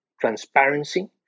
transparency